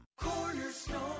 cornerstone